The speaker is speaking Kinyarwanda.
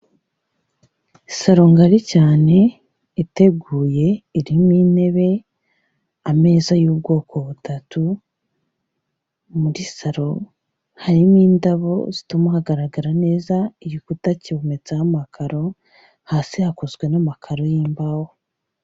Salo ngari cyane iteguye irimo intebe, ameza y'ubwoko butatu, muri salo harimo indabo zituma hagaragara neza, igikuta cyometseho amakaro, hasi hakozwe n'amakaro y'imbaho.